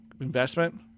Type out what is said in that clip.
investment